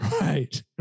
right